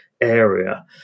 area